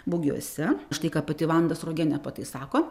bugiuose štai ką pati vanda sruogienė pa tai sako